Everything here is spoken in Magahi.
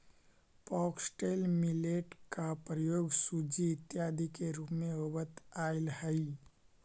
फॉक्सटेल मिलेट का प्रयोग सूजी इत्यादि के रूप में होवत आईल हई